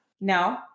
No